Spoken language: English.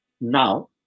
now